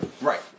Right